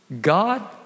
God